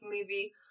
movie